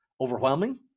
Overwhelming